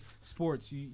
Sports